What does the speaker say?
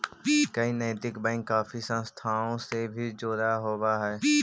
कई नैतिक बैंक काफी संस्थाओं से भी जुड़े होवअ हई